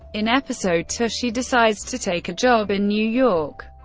in episode two she decides to take a job in new york,